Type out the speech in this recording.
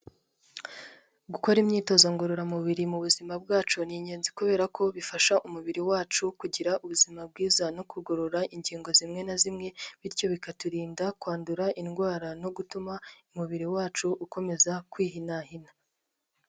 Gukora imyitozo ngorora mubiri mu buzima bwacu, n'ingenzi kubera ko bifasha umubiri wacu kugira ubuzima bwiza ,no kugorora ingingo zimwe na zimwe bityo bikaturinda kwandura indwara, no gutuma umubiri wacu ukomeza kwihinahina.